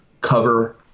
cover